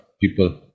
people